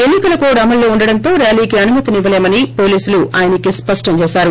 ఎన్ని కల కోడ్ అమల్లో ఉండటంతో ర్యాలీకి అనుమతివ్వలేమని పోలీసులు ఆయనకి స్పష్టం చేశారు